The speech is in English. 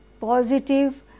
positive